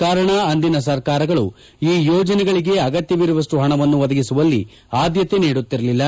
ಕಾರಣ ಅಂದಿನ ಸರ್ಕಾರಗಳು ಈ ಯೋಜನೆಗಳಿಗೆ ಅಗತ್ಯವಿರುವಷ್ಟು ಹಣವನ್ನು ಒದಗಿಸುವಲ್ಲಿ ಆದ್ಯತೆ ನೀಡುತ್ತಿರಲಿಲ್ಲ